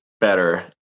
better